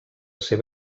seva